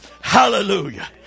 Hallelujah